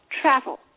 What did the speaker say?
travel